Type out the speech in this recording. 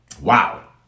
wow